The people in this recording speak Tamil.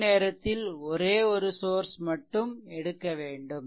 ஒரு நேரத்தில் ஒரே ஒரு சோர்ஸ் மட்டும் எடுக்கவேண்டும்